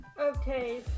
Okay